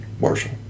Marshall